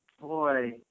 boy